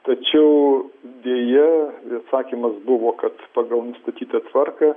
tačiau deja atsakymas buvo kad pagal nustatytą tvarką